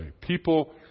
People